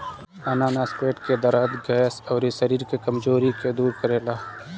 अनानास पेट के दरद, गैस, अउरी शरीर के कमज़ोरी के दूर करेला